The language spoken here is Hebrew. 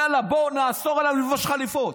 יאללה, בוא נאסור עליו ללבוש חליפות.